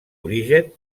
origen